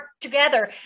together